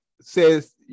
says